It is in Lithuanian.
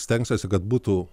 stengsiuosi kad būtų